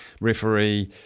referee